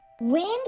Wind